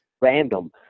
random